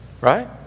Right